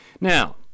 Now